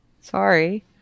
Sorry